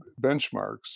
benchmarks